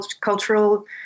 cultural